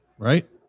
right